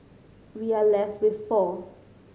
we are left with four